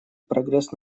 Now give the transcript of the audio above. прогресс